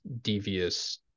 devious